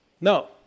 No